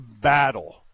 battle